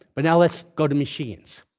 but now let's go to machines.